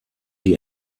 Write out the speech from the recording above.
die